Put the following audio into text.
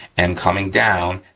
and coming down,